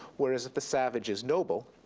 whereas if the savage is noble,